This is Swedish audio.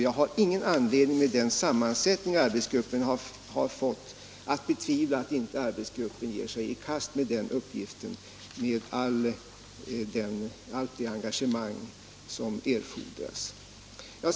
Jag har med tanke på den sammansättning arbetsgruppen har fått ingen anledning att betvivla att den ger sig i kast med den uppgiften med allt det engagemang som erfordras.